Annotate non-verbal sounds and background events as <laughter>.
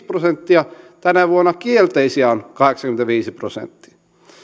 <unintelligible> prosenttia tänä vuonna kielteisiä on kahdeksankymmentäviisi prosenttia